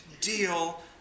deal